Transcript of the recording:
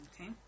Okay